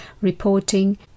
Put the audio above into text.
reporting